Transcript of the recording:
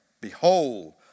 Behold